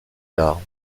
tard